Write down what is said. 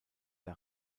der